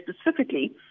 specifically